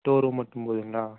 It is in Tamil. ஸ்டோர் ரூம் மட்டும் போதுங்களா